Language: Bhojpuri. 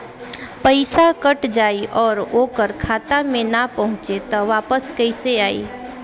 पईसा कट जाई और ओकर खाता मे ना पहुंची त वापस कैसे आई?